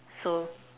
so